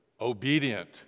obedient